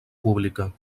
pública